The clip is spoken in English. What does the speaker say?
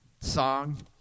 song